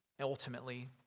ultimately